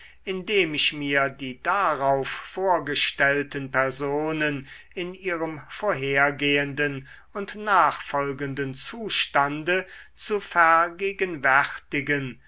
indem ich mir die darauf vorgestellten personen in ihrem vorhergehenden und nachfolgenden zustande zu vergegenwärtigen